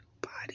body